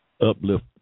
uplift